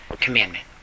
commandment